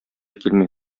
килми